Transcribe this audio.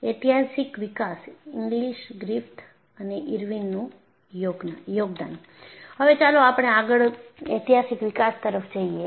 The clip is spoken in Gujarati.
ઐતિહાસિક વિકાસ ઇંગ્લિસ ગ્રિફિથ અને ઇર્વિનનું યોગદાન હવે ચાલો આપણે આગળ ઐતિહાસિક વિકાસ તરફ જઈએ